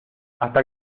hasta